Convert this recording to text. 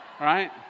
right